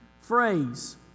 phrase